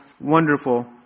wonderful